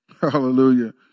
hallelujah